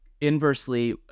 inversely